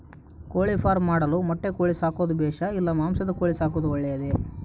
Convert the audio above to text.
ಕೋಳಿಫಾರ್ಮ್ ಮಾಡಲು ಮೊಟ್ಟೆ ಕೋಳಿ ಸಾಕೋದು ಬೇಷಾ ಇಲ್ಲ ಮಾಂಸದ ಕೋಳಿ ಸಾಕೋದು ಒಳ್ಳೆಯದೇ?